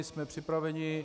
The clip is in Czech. Jsme připraveni.